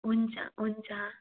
हुन्छ हुन्छ